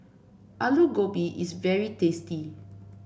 Alu Gobi is very tasty